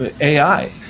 AI